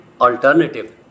alternative